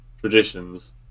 traditions